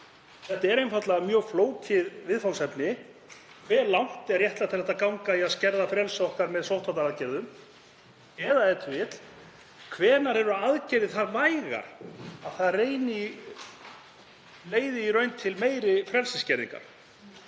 Þetta er einfaldlega mjög flókið viðfangsefni: Hve langt er réttlætanlegt að ganga í að skerða frelsi okkar með sóttvarnaaðgerðum? Eða e.t.v.: Hvenær eru aðgerðir það vægar að þær leiða í raun til meiri frelsisskerðingar?